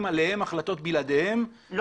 עליהם החלטות בלעדיהם זו סיטואציה קשה.